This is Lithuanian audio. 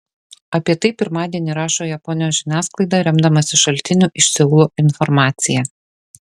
apie tai pirmadienį rašo japonijos žiniasklaida remdamasi šaltinių iš seulo informacija